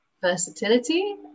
versatility